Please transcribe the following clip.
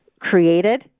created